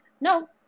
No